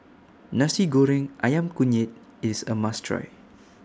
Nasi Goreng Ayam Kunyit IS A must Try